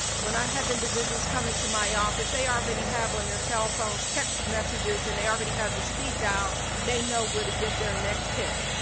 when i have individuals come into my office, they already have on their cell phones text messages and they already have the speed-dial, they know where to get their next hit.